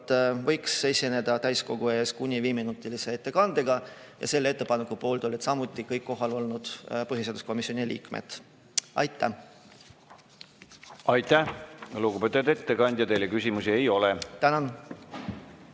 võiks esineda täiskogu ees kuni viieminutilise ettekandega. Selle ettepaneku poolt olid samuti kõik kohal olnud põhiseaduskomisjoni liikmed. Aitäh! Aitäh, lugupeetud ettekandja! Teile küsimusi ei ole. Ma